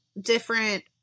different